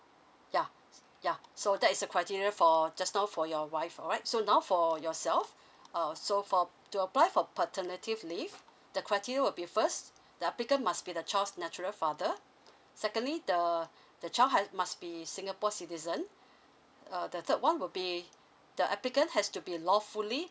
yeah yeah so that is the criteria for just know for your wife all right so now for yourself err so for to apply for paternity leave the criteria would be first the applicant must be the child's natural father secondly the the child ha~ must be singapore citizen uh the third one will be the applicant has to be lawfully